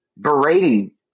berating